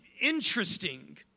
interesting